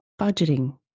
budgeting